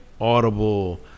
Audible